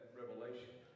revelation